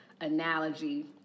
analogy